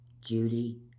judy